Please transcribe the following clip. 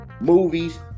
movies